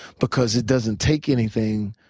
because it doesn't take anything.